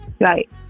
Right